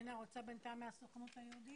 אתה רוצה בינתיים מהסוכנות היהודית?